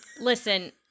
Listen